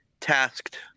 tasked